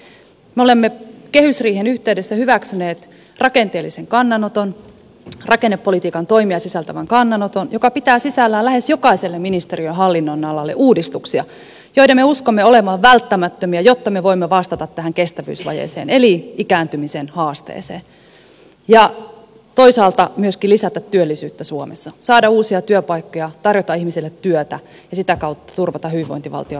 päinvastoin me olemme kehysriihen yhteydessä hyväksyneet rakennepolitiikan toimia sisältävän kannanoton joka pitää sisällään lähes jokaiselle ministeriön hallinnonalalle uudistuksia joiden me uskomme olevan välttämättömiä jotta me voimme vastata tähän kestävyysvajeeseen eli ikääntymisen haasteeseen ja toisaalta myöskin lisätä työllisyyttä suomessa saada uusia työpaikkoja tarjota ihmisille työtä ja sitä kautta turvata hyvinvointivaltion rahoituksen